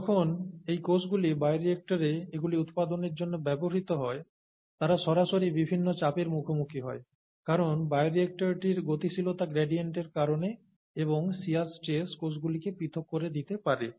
যখন এই কোষগুলি বায়োরিয়েক্টরে এগুলি উৎপাদনের জন্য ব্যবহৃত হয় তারা সরাসরি বিভিন্ন চাপের মুখোমুখি হয় কারণ বায়োরিয়েক্টরটির গতিশীলতা গ্রেডিয়েন্টের কারণে এবং শিয়ার স্ট্রেস কোষগুলিকে পৃথক করে দিতে পারে